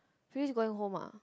Fui is going home ah